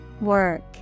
Work